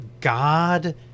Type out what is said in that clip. God